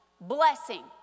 blessing